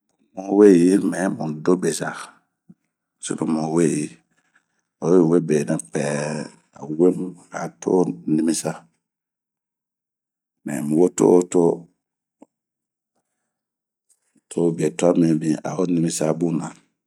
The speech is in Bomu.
Muweyi bari mudobezaa, oyi webenpɛ,a owemu,a oto nimisa, mɛ muwe cɔo wo cɔo to betuan mi a owo a onimisa